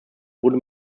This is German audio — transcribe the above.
wurde